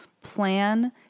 plan